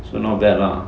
so not bad lah